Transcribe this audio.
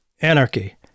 anarchy